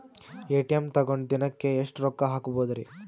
ATM ತಗೊಂಡ್ ದಿನಕ್ಕೆ ಎಷ್ಟ್ ರೊಕ್ಕ ಹಾಕ್ಬೊದ್ರಿ?